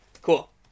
Cool